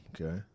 okay